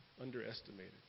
underestimated